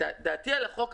דעתי על החוק,